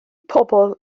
pobl